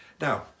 now